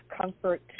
comfort